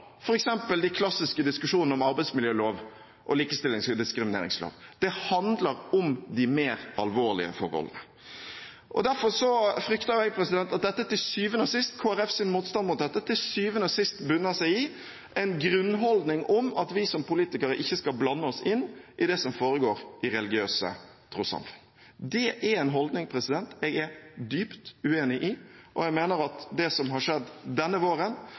f.eks. de klassiske diskusjonene om arbeidsmiljølov og likestillings- og diskrimineringslov. Det handler om de mer alvorlige forholdene. Derfor frykter jeg at Kristelig Folkepartis motstand mot dette til syvende og sist bunner i en grunnholdning om at vi som politikere ikke skal blande oss inn i det som foregår i religiøse trossamfunn. Det er en holdning jeg er dypt uenig i, og jeg mener at det som har skjedd denne våren,